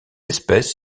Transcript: espèce